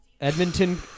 Edmonton